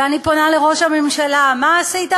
ואני פונה אל ראש הממשלה: מה עשית,